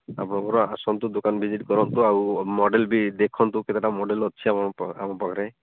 ଆପଣଙ୍କର ଆସନ୍ତୁ ଦୋକାନ ଭିଜିଟ୍ କରନ୍ତୁ ଆଉ ମଡ଼େଲ୍ ବି ଦେଖନ୍ତୁ କେତେଟା ମଡ଼େଲ୍ ଅଛି ଆମ ଆମ ପାଖରେ